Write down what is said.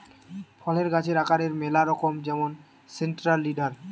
ফলের গাছের আকারের ম্যালা রকম যেমন সেন্ট্রাল লিডার